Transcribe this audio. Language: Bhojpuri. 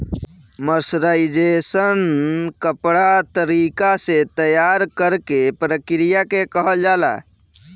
मर्सराइजेशन कपड़ा तरीका से तैयार करेके प्रक्रिया के कहल जाला